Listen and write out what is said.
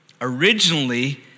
Originally